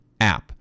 app